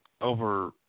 over